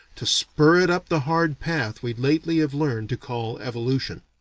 to spur it up the hard path we lately have learned to call evolution.